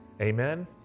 amen